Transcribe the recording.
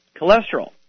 cholesterol